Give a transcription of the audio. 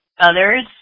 others